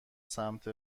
سمت